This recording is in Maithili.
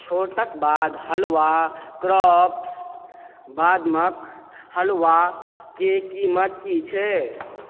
छूटके बाद हलवा क्राफ्ट बादमक हलवाके कीमत की छै